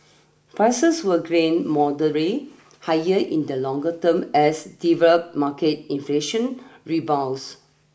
prices will grained moderate higher in the longer term as develop market inflation rebounds